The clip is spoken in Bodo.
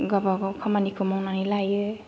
गाबागाव खामानिखौ मावनानै लायो